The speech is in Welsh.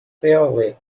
rheoli